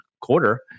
quarter